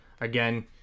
Again